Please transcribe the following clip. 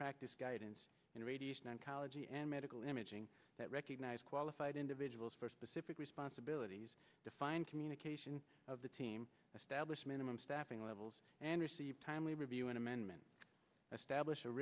practice guidance and radiation oncology and medical imaging that recognize qualified individuals for specific responsibilities defined communication of the team stablish minimum staffing levels and receive timely review an amendment establish a